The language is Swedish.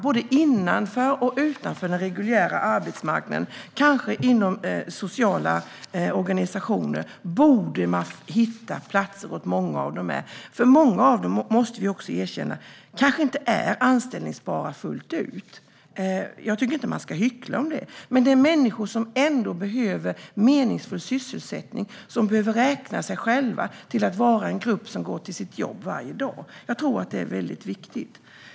Både innanför och utanför den reguljära arbetsmarknaden, kanske inom sociala organisationer, borde man kunna hitta platser åt många av dem. Många är kanske inte anställbara fullt ut - låt oss inte hymla med det - men de behöver ändå få en meningsfull sysselsättning och kunna räkna sig till dem som går till ett jobb varje dag. Det är viktigt.